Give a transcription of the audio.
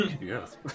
Yes